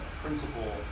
principle